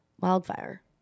wildfire